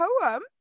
poem